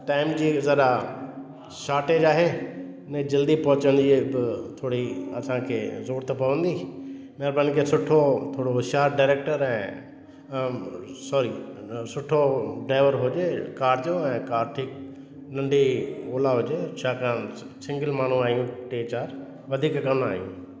time जी ज़रा shortage आहे न जल्दी पहुचंदी बि थोरी असांखे ज़रूरत पवंदी महिरबानी करे सुठो थोरो होशियारु डायरेक्टर ऐं अम सॉरी सुठो ड्राइवर हुजे कार जो ऐं कार ठीक नंढी ओला हुजे छाकाणि सिंगल माण्हू आहियूं टे चारि वधीक कोन आहियूं